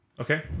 Okay